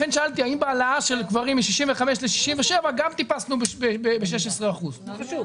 לכן שאלתי האם בהעלאה של גברים מ-65 ל-67 גם טיפסנו ב-16 אחוזים.